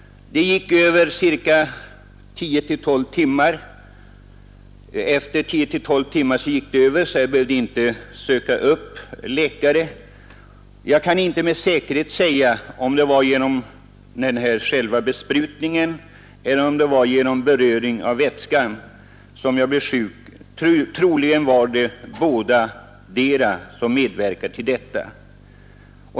Efter tio tolv timmar gick besvären över, så jag behövde inte söka upp läkare. Jag kan inte med säkerhet säga om det var själva besprutningen eller beröringen med vätskan som gjorde att jag blev sjuk — troligen medverkade bådadera.